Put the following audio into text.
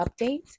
update